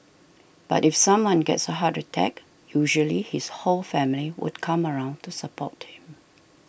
but if someone gets a heart attack usually his whole family would come around to support him